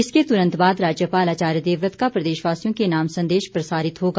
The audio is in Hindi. इसके तुरंत बाद राज्यपाल आचार्य देवव्रत का प्रदेशवासियों के नाम संदेश प्रसारित होगा